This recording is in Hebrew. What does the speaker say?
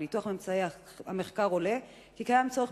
מניתוח ממצאי המחקר עולה כי קיים צורך